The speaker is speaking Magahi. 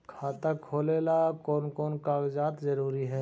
खाता खोलें ला कोन कोन कागजात जरूरी है?